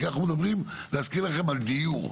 כי אנחנו מדברים, להזכיר לכם, על דיור.